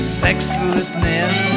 sexlessness